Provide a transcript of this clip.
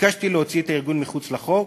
ביקשתי להוציא את הארגון מחוץ לחוק,